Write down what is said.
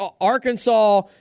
Arkansas